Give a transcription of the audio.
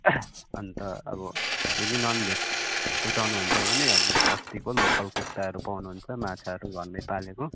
अन्त अब यदि ननभेज रूचाउनुहुन्छ भने अब बस्तीको लोकल कुखुराहरू पाउनुहुन्छ माछाहरू घरमै पालेको